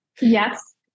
Yes